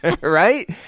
Right